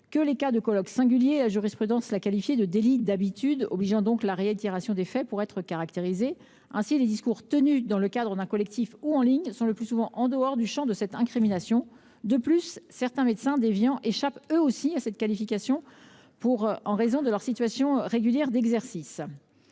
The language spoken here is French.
que les cas de colloque singulier. La jurisprudence l’a qualifié de délit d’habitude ; il faut donc une réitération des faits pour qu’il soit caractérisé. Ainsi, les discours tenus dans le cadre d’un collectif ou en ligne se trouvent le plus souvent en dehors du champ de cette incrimination. De plus, certains médecins déviants échappent eux aussi à cette qualification en raison de leur situation régulière d’exercice.